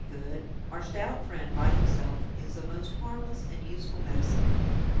very good. our stout friend, by himself, is a most harmless and useful medicine.